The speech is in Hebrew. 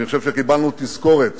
אני חושב שקיבלנו תזכורת